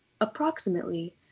approximately